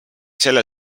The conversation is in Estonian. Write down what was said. selle